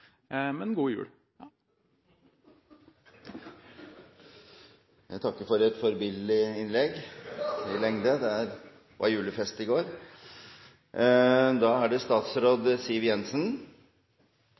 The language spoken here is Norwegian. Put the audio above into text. Men god jul. Jeg takker for et forbilledlig innlegg – i lengde. – Det var julefest i går.